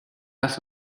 das